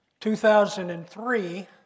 2003